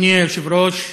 אדוני היושב-ראש,